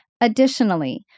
Additionally